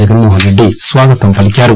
జగన్మోహన్ రెడ్డి స్వాగతం పలికారు